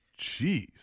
Jeez